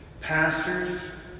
pastors